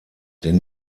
denn